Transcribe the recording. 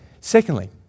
Secondly